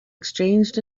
exchanged